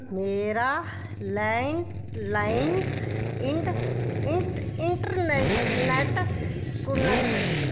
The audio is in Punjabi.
ਮੇਰਾ ਲੈਂਟਲਾਈਨ ਇੰਟ ਇੰਟ ਇੰਟਰਨੈਸ਼ਨੈੱਟ ਕੁਨੈਕਸ਼